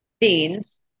beans